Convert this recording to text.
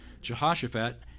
Jehoshaphat